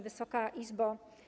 Wysoka Izbo!